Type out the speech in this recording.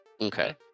Okay